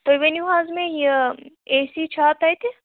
تُہۍ ؤنِو حظ مےٚ یہِ اے سی چھا تَتہِ